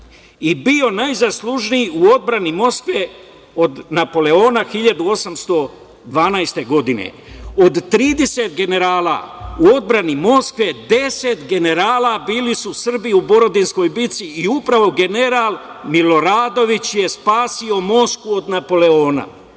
i bio najzaslužniji u odbrani Moskve od Napoleona 1812. godine. Od 30 generala u odbrani Moskve, 10 generala su bili Srbi u Borodinskoj bici i upravo general Miloradović je spasio Moskvu od Napoleona